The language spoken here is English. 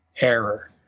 error